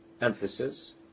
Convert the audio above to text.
emphasis